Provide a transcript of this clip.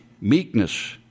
meekness